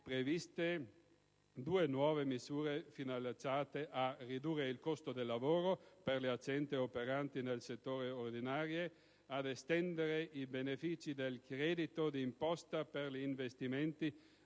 previste due nuove misure finalizzate, la prima, a ridurre il costo del lavoro per le aziende operanti nelle zone ordinarie e, la seconda, ad estendere i benefici del credito d'imposta per gli investimenti